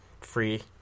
free